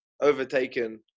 overtaken